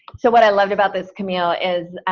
so what i loved about this camille, is,